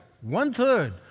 one-third